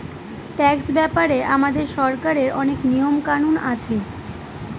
tax ব্যাপারে আমাদের সরকারের অনেক নিয়ম কানুন আছে